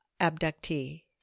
abductee